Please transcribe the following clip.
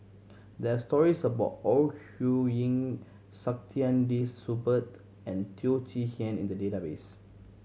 there are stories about Ore Huiying Saktiandi Supaat and Teo Chee Hean in the database